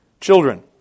Children